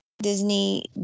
Disney